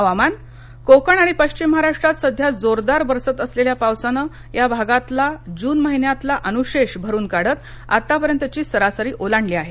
हवामान कोकण आणि पश्चिम महाराष्ट्रात सध्या जोरदार बरसत असलेल्या पावसानं या भागातला जून महिन्यातला अनुशेष भरून काढत आतापर्यंतची सरासरी ओलांडली आहे